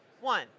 One